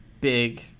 big